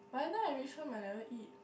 whenever I reach home I never eat